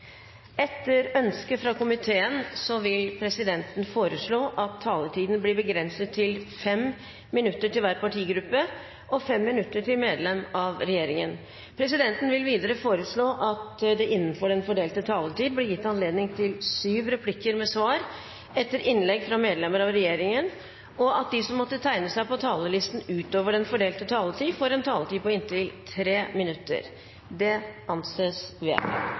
Etter ønske fra utenriks- og forsvarskomiteen vil presidenten foreslå at taletiden blir begrenset til 5 minutter til hver partigruppe og 5 minutter til medlem av regjeringen. Presidenten vil videre foreslå at det blir gitt anledning til syv replikker med svar etter innlegg fra medlem av regjeringen innenfor den fordelte taletid, og at de som måtte tegne seg på talerlisten utover den fordelte taletid, får en taletid på inntil 3 minutter. – Det anses vedtatt.